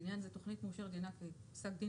לעניין זה - תוכנית מאושרת דינה כפסק דין